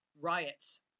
riots